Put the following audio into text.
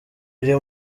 iri